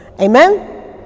Amen